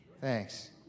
Thanks